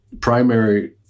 primary